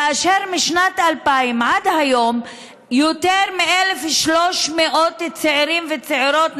כאשר משנת 2000 עד היום יותר מ-1,300 צעירים וצעירות,